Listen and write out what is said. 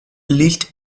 least